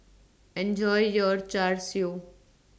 Enjoy your Char Siu